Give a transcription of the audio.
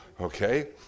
okay